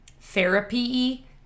therapy